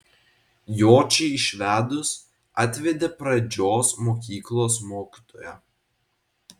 jočį išvedus atvedė pradžios mokyklos mokytoją